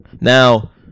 Now